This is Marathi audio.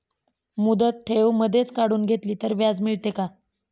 मुदत ठेव मधेच काढून घेतली तर व्याज मिळते का?